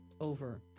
over